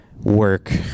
work